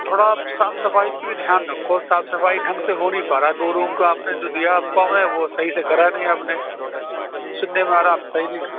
تھوڑا آپ صاف صفائی پہ بھی دھیان رکھو صاف صفائی ڈھنگ سے ہو نہیں پا رہا دو روم کا آپ نے جو دیا آپ کو ہم نے وہ صحیح سے کرا نہیں آپ نے سُننے میں آ رہا آپ صحیح نہیں کر